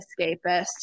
escapist